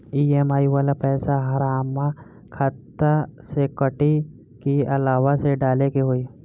EMI वाला पैसा हाम्रा खाता से कटी की अलावा से डाले के होई?